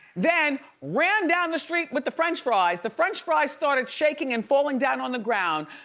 then ran down the street with the french fries. the french fries started shaking and falling down on the ground.